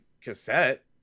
cassette